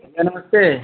भैया नमस्ते